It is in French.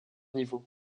niveaux